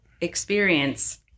experience